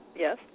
Yes